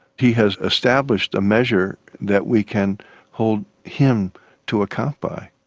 he has established a measure that we can hold him to account by.